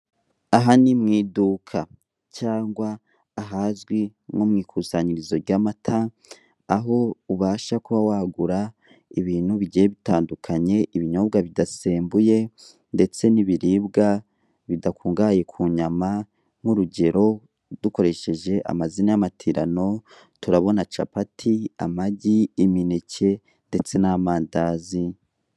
Aha ni mwiduka cyangwa ahazwi nko mwikusanyirizo ry'amata aho ubasha kuba wagura ibintu bigiye bitandukanye ibinyobwa bidasembuye ndetse n'ibiribwa bidakungahaye ku nyama nk'urugero dukoresheje amazina y'amatirano turabona capati, amagi, imineke ndetse n'amandazi.